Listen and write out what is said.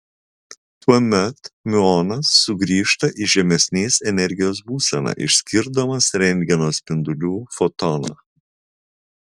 tuomet miuonas sugrįžta į žemesnės energijos būseną išskirdamas rentgeno spindulių fotoną